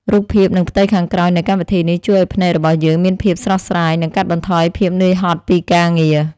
រូបភាពនិងផ្ទៃខាងក្រោយនៃកម្មវិធីនេះជួយឱ្យភ្នែករបស់យើងមានភាពស្រស់ស្រាយ និង កាត់បន្ថយភាពនឿយហត់ពីការងារ។